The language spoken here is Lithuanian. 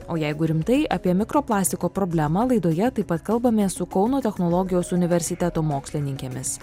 o jeigu rimtai apie mikroplastiko problemą laidoje taip pat kalbamės su kauno technologijos universiteto mokslininkėmis